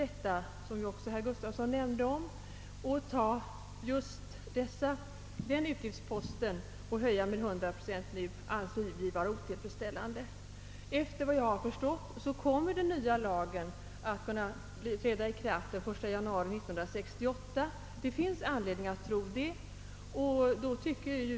Men att nu, såsom herr Gustafsson nämnde, bryta ut just denna avgift och höja den med 100 procent anser vi otillfredsställande. Enligt vad vi förstått kommer den nya lagen att träda i kraft den 1 januari 1968. Det finns anledning att tro på denna uppgift.